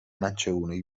چگونه